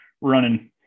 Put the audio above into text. running